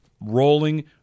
rolling